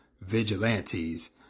vigilantes